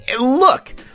Look